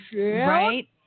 Right